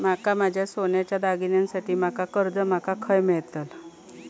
माका माझ्या सोन्याच्या दागिन्यांसाठी माका कर्जा माका खय मेळतल?